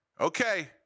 okay